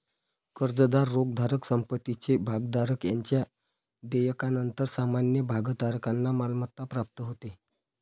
कर्जदार, रोखेधारक, पसंतीचे भागधारक यांच्या देयकानंतर सामान्य भागधारकांना मालमत्ता प्राप्त होते